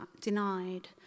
denied